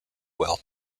will